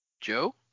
Joe